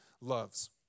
loves